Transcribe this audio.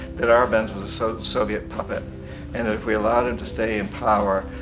that arbenz was a so soviet puppet and that if we allowed him to stay in power,